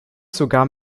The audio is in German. sogar